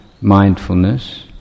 mindfulness